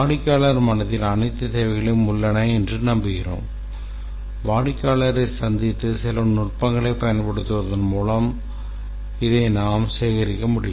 வாடிக்கையாளர் மனதில் அனைத்து தேவைகளும் உள்ளன என்று நம்புகிறோம் வாடிக்கையாளரைச் சந்தித்து சில நுட்பங்களைப் பயன்படுத்துவதன் மூலம் இதை நாம் சேகரிக்க வேண்டும்